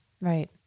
Right